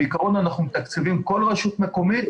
בעיקרון אנחנו מתקצבים כל רשות מקומית,